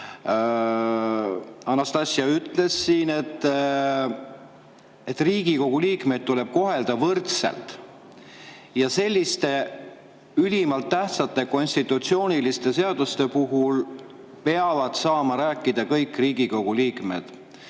Anastassia ütles, tuleb Riigikogu liikmeid kohelda võrdselt. Ja selliste ülimalt tähtsate konstitutsiooniliste seaduste puhul peavad saama rääkida kõik Riigikogu liikmed. Ma